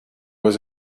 was